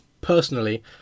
personally